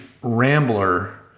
Rambler